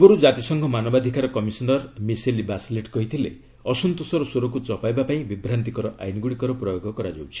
ପୂର୍ବରୁ କାତିସଂଘ ମାନବାଧିକାର କମିଶନର ମିସେଲି ବାସଲେଟ୍ କହିଥିଲେ ଅସନ୍ତୋଷର ସ୍ୱରକୁ ଚପାଇବା ପାଇଁ ବିଭ୍ରାନ୍ତିକର ଆଇନଗୁଡ଼ିକର ପ୍ରୟୋଗ କରାଯାଉଛି